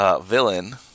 villain